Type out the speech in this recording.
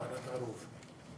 ועדת אלאלוף.